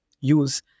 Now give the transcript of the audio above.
use